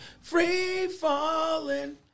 free-falling